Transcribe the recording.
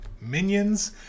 minions